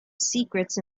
secrets